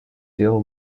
deal